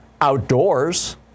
outdoors